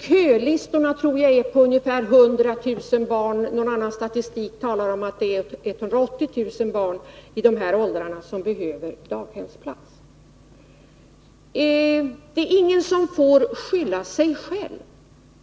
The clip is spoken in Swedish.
Kölistorna tror jag omfattar ungefär 100 000 barn. En annan statistik talar om att det är 180 000 barn i de här åldrarna som behöver daghemsplats. Det är ingen som får skylla sig själv.